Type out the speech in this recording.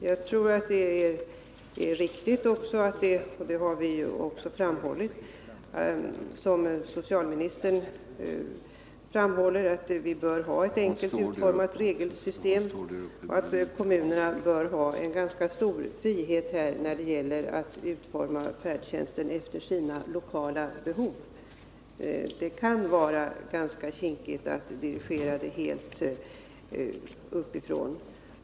Jag tror det är riktigt, som socialministern framhåller, att vi bör ha ett enkelt utformat regelsystem och att kommunerna bör ha ganska stor frihet att utforma färdtjänsten efter sina lokala behov. Det kan vara ganska kinkigt att dirigera detta uppifrån.